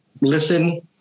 listen